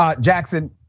Jackson